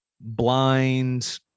blind